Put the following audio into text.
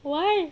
why